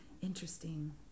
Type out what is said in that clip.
interesting